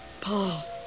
Paul